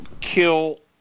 kill